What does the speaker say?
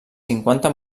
cinquanta